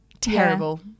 Terrible